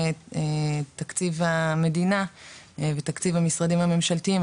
תקציב המדינה ותקציב המשרדים הממשלתיים,